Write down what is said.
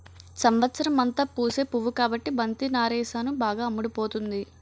సంవత్సరమంతా పూసే పువ్వు కాబట్టి బంతి నారేసాను బాగా అమ్ముడుపోతుంది